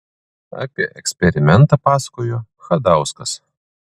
apie eksperimentą pasakojo chadauskas